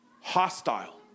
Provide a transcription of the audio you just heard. hostile